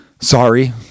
Sorry